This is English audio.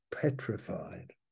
petrified